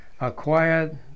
acquired